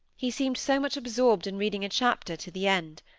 he seemed so much absorbed in reading a chapter to the end.